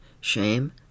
shame